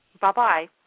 Bye-bye